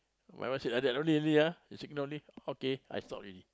my wife say like that only only ah she ignore only I say okay I stop already